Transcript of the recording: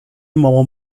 مامان